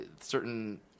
certain